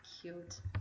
Cute